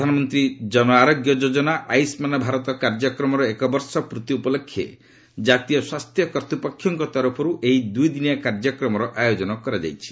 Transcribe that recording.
ପ୍ରଧାନମନ୍ତ୍ରୀ ଜନଆରୋଗ୍ୟ ଯୋଜନା ଆୟୁଷ୍କାନ ଭାରତ କାର୍ଯ୍ୟକ୍ରମର ଏକବର୍ଷ ପୂର୍ତ୍ତି ଉପଲକ୍ଷେ ଜାତୀୟ ସ୍ୱାସ୍ଥ୍ୟ କର୍ତ୍ତ୍ୱପକ୍ଷଙ୍କ ତରଫରୁ ଏହି ଦୁଇଦିନିଆ କାର୍ଯ୍ୟକ୍ରମର ଆୟୋଜନ କରାଯାଇଛି